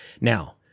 now